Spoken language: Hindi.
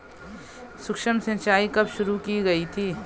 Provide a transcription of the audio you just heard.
सूक्ष्म सिंचाई कब शुरू की गई थी?